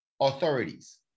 authorities